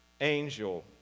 angel